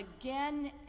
again